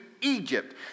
Egypt